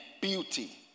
beauty